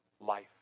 life